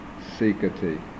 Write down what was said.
sikati